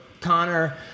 Connor